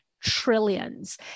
trillions